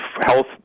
health